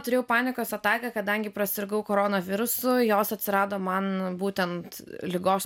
turėjau panikos ataka kadangi prasirgau korona virusu jos atsirado man būtent ligos